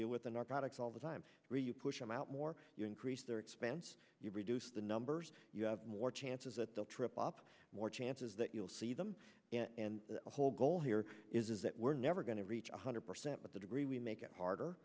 do with the narcotics all the time where you push them out more you increase their expense you reduce the numbers you have more chances that they'll trip up more chances that you'll see them and the whole goal here is that we're never going to reach one hundred percent with the degree we make it harder